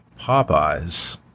popeyes